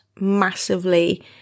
massively